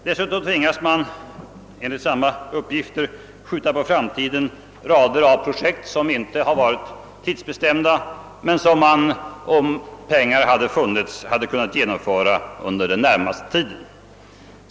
Dessutom tvingas SIDA enligt samma uppgifter skjuta på framtiden rader av projekt, som inte varit tidsbestämda men som man om pengar funnits hade kunnat genomföras under den närmaste tiden.